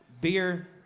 beer